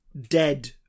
dead